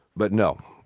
but no.